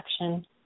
action